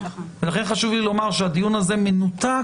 ולכן חשוב לי לומר שהדיון הזה מנותק